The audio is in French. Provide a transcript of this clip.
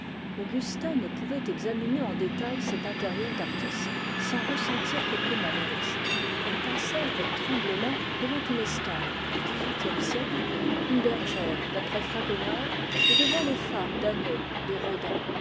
augustin ne pouvait examiner en détail cet intérieur d'artiste sans ressentir quelque malaise il considérait avec dégoût les gravures galantes du xviiie siècle et les femmes damnées de rodin